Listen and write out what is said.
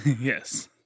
Yes